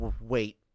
wait